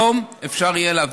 אין כאן שינוי תחיקתי.